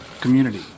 community